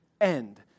end